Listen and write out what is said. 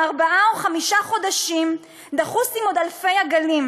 בן ארבעה או חמישה חודשים דחוס עם עוד אלפי עגלים